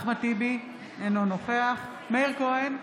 אחמד טיבי, אינו נוכח מאיר כהן,